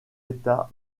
états